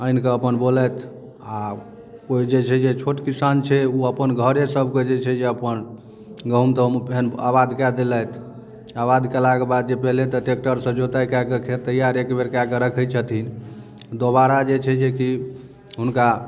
आनि कऽ अपन बोलथि आ ओ जे छै जे छोट किसान छै ओ अपन घरे सबके जे छै जे अपन गहूँम तहूँम एहन आबाद कए देलथि आबाद केला के बाद जे पहिले तऽ टेक्टर सँ जोताइ कए कऽ खेत तैयार एक बेर कए कऽ रखै छथिन दोबारा जे छै जे की हुनका